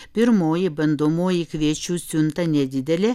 pirmoji bandomoji kviečių siunta nedidelė